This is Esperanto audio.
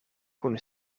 kun